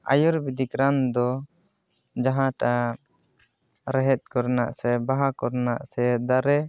ᱟᱭᱩᱨᱵᱮᱫᱤᱠ ᱨᱟᱱ ᱫᱚ ᱡᱟᱦᱟᱴᱟᱜ ᱨᱮᱦᱮᱫ ᱠᱚᱨᱮᱱᱟᱜ ᱥᱮ ᱵᱟᱦᱟ ᱠᱚᱨᱮᱱᱟᱜ ᱥᱮ ᱫᱟᱨᱮ